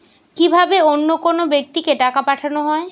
কি ভাবে অন্য কোনো ব্যাক্তিকে টাকা পাঠানো হয়?